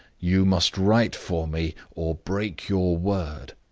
you must write for me, or break your word.